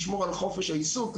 לשמור על חופש העיסוק,